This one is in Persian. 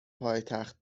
پایتخت